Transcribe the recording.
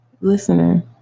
listener